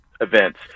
events